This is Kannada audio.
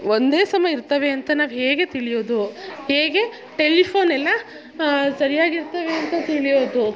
ಒಂದೇ ಸಮ ಇರ್ತವೆ ಅಂತ ನಾವು ಹೇಗೆ ತಿಳಿಯುದು ಹೇಗೆ ಟೆಲಿಫೋನೆಲ್ಲ ಸರಿಯಾಗಿ ಇರ್ತವೆ ಅಂತ ತಿಳಿಯೋದು